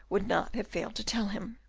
would not have failed to tell him.